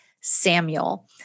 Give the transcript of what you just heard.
Samuel